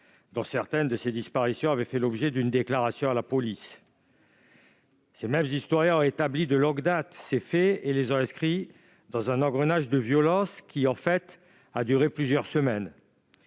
dont certaines avaient fait l'objet d'une déclaration à la police. Ces mêmes historiens ont établi ces faits de longue date et les ont resitués dans un engrenage de violences qui, en fait, a duré plusieurs semaines.